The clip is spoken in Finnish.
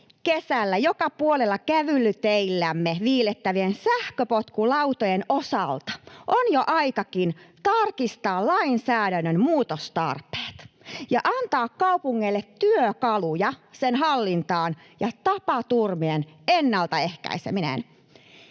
kesällä joka puolella kävelyteillämme viilettävien sähköpotkulautojen, osalta on jo aikakin tarkistaa lainsäädännön muutostarpeet ja antaa kaupungeille työkaluja sen hallintaan ja tapaturmien ennaltaehkäisemiseen.